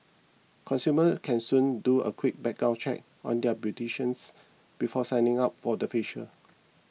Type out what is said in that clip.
consumers can soon do a quick background check on their beautician before signing up for a facial